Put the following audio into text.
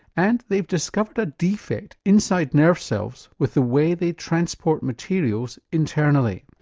and they've discovered a defect inside nerve cells with the way they transport materials internally.